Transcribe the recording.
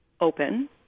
open